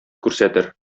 күрсәтер